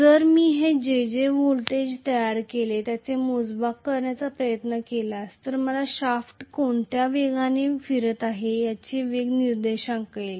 तर मी जे जे व्होल्टेज तयार करते त्याचे मोजमाप करण्याचा प्रयत्न केल्यास मला शाफ्ट कोणत्या वेगाने फिरत आहे याचा वेग निर्देशांक देईल